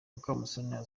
mukamusonera